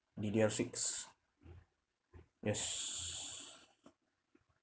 D_D_R six yes